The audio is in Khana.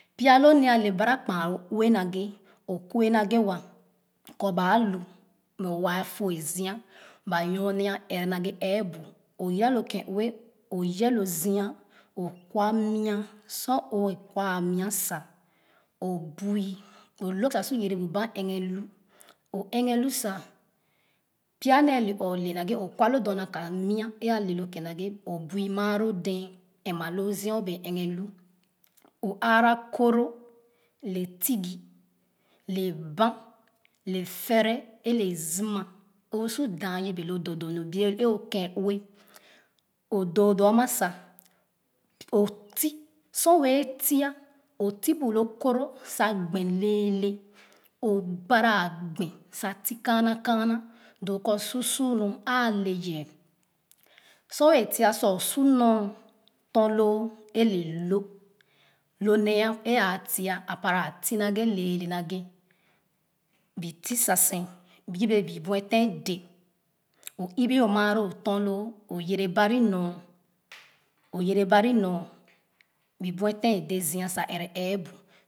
Py a lo nee bara kpa o ue naghe o kue naghe wa kɔ baa lu muɛ waa fo'a zia ba nyone ɛre ɛɛbu o yira lo ken ue sa yɛh lo zia o kwa mia sor o wɛɛ kiva mia sa bui o lõg sa sy yere bu bamh eghr lu o ɛghe lu sa pya nee le ɔɔ le naghe sa okwa loo dorma ka mia e ale lo ken naghe o bui maaló dee ema loo zia o bee eghɛ lu o aara koro ne tigi le banh le fɛrɛ le zima o su daa yebe lo doo doo sa o ti sor wɛɛ tia bu lo koro sa gben lɛɛlɛ opara gben sa ti kaana kaana loo kɔ su su mu aa le yee sor wɛɛ tisa o su ɔn tom loo ele ló nee a ti'a para ti naghe leele naghe bi ti sen yebe bii buete de o ibi lo maaho o tom loo o yere bari nyo bii buete ade sa ɛrɛ ɛɛbu